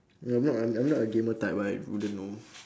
no I'm not I'm not a gamer type I wouldn't know